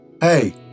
Hey